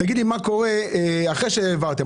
תגיד לי מה קורה אחרי שהעברתם?